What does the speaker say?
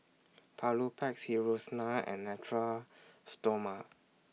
Papulex Hiruscar and Natura Stoma